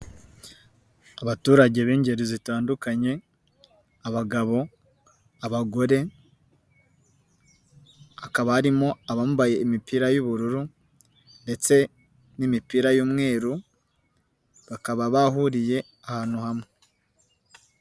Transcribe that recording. Abaturage b'ingeri zitandukanye, abagabo, abagore, hakaba harimo abambaye imipira y'ubururu ndetse n'imipira y'umweru, bakaba bahuriye ahantu hamwe.